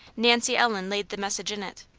nancy ellen laid the message in it.